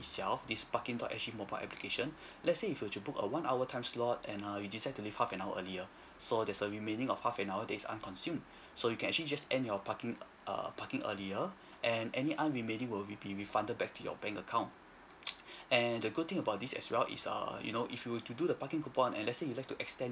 itself this parking dot S_G mobile application let's say you were to book a one hour time slot and err you decide to leave half an hour earlier so there's a remaining of half an hour that unconsumed so you can just actually end your parking err parking earlier and any unremaining would be refunded back to your bank account and the good thing about this as well is a you know if you were to do the parking coupon and let's say you would like to extend